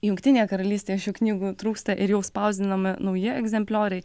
jungtinėje karalystėje šių knygų trūksta ir jau spausdinami nauji egzemplioriai